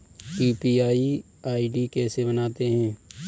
UPI ID कैसे बनाते हैं?